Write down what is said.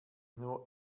nur